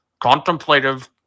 Contemplative